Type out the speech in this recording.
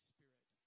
Spirit